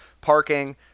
parking